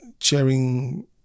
sharing